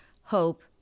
Hope